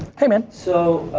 hey man. so